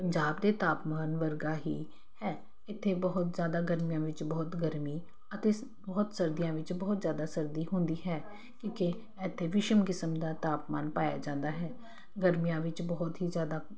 ਪੰਜਾਬ ਦੇ ਤਾਪਮਾਨ ਵਰਗਾ ਹੀ ਹੈ ਇੱਥੇ ਬਹੁਤ ਜ਼ਿਆਦਾ ਗਰਮੀਆਂ ਵਿੱਚ ਬਹੁਤ ਗਰਮੀ ਅਤੇ ਬਹੁਤ ਸਰਦੀਆਂ ਵਿੱਚ ਬਹੁਤ ਜ਼ਿਆਦਾ ਸਰਦੀ ਹੁੰਦੀ ਹੈ ਕਿਉਂਕਿ ਇੱਥੇ ਵਿਸ਼ਵ ਕਿਸਮ ਦਾ ਤਾਪਮਾਨ ਪਾਇਆ ਜਾਂਦਾ ਹੈ ਗਰਮੀਆਂ ਵਿੱਚ ਬਹੁਤ ਹੀ ਜ਼ਿਆਦਾ